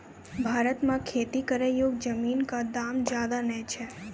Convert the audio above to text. भारत मॅ खेती करै योग्य जमीन कॅ दाम ज्यादा नय छै